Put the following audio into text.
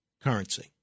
currency